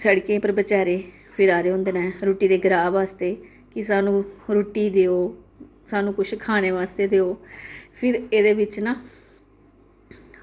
सड़कें पर बचारे फिरा दे होंदे नै रुट्टी दे ग्राह् वास्ते कि साह्नू रुट्टी देओ साह्नू कुश खाने वास्ते देओ फिर एह्दे बिच्च न